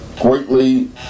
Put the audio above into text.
greatly